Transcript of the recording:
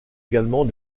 également